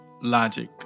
Logic